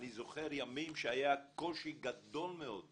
אני זוכר ימים שהיה קושי גדול מאוד למורים,